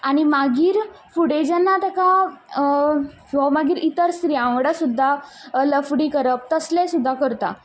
आनी मागीर फुडें जेन्ना तेका हो मागीर इतर स्त्रियां वांगडा सुद्दां लफडीं करप तसलें सुद्दां करता